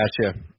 Gotcha